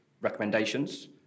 recommendations